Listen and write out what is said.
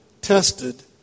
tested